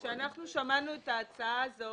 כאשר שמענו את ההצעה הזאת